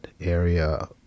area